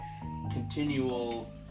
continual